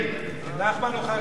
נחמן הוא חרדי, מה לעשות.